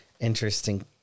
interesting